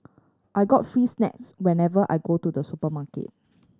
I get free snacks whenever I go to the supermarket